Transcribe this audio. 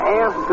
ask